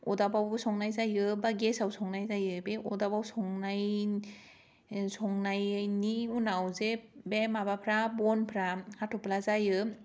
अदाब्बावबो संनाय जायो बा गेसाव संनाय जायो बे अदाबाव संनाय संनायनि उनाव जे बे माबाफ्रा बनफ्रा हाथफ्ला जायो